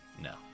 No